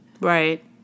Right